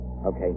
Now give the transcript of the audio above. Okay